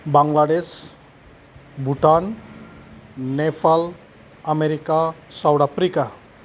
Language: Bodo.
Bangladesh Bhutan Nepal America South Africa